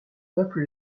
peuple